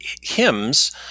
hymns